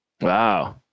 wow